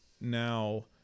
now